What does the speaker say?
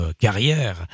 carrière